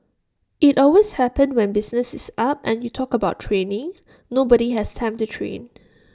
IT always happens when business is up and you talk about training nobody has time to train